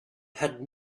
had